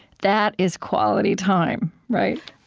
that is quality time. right?